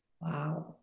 Wow